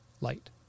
light